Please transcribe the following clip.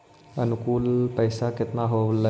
अनुकुल पैसा केतना होलय